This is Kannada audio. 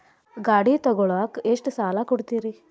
ಗಾಡಿ ತಗೋಳಾಕ್ ಎಷ್ಟ ಸಾಲ ಕೊಡ್ತೇರಿ?